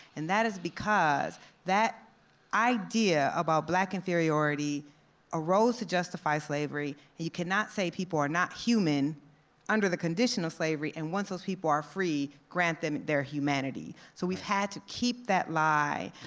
and that is because that idea about black inferiority arose to justify slavery and you cannot say people are not human under the condition of slavery, and once those people are free, grant them their humanity. so we've had to keep that lie,